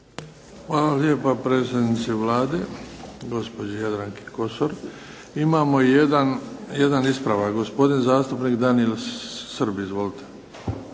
Hvala lijepa predsjednici Vlade gospođi Jadranki Kosor. Imamo jedan ispravak, gospodin zastupnik Daniel Srb. Izvolite.